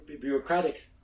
bureaucratic